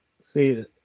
See